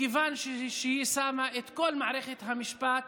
מכיוון שהיא שמה את כל מערכת המשפט